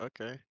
okay